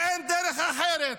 ואין דרך אחרת,